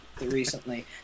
recently